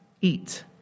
eat